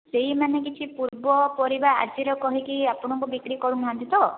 ସେଇମାନେ କିଛି ପୂର୍ଵ ପରିବା ଆଜିର କହିକି ଆପଣଙ୍କୁ ବିକ୍ରି କରୁନାହାନ୍ତି ତ